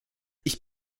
ich